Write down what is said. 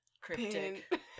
cryptic